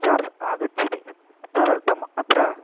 charge आगच्छति परन्तु अत्र